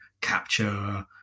capture